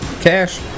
Cash